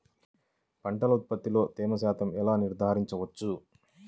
పంటల ఉత్పత్తిలో తేమ శాతంను ఎలా నిర్ధారించవచ్చు?